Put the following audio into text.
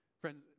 Friends